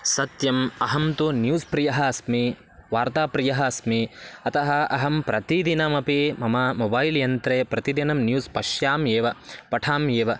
सत्यम् अहं तु न्यूस् प्रियः अस्मि वार्ताप्रियः अस्मि अतः अहं प्रतिदिनमपि मम मोबैल् यन्त्रे प्रतिदिनं न्यूस् पश्याम्येव पठाम्येव